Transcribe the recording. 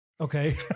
Okay